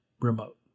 remote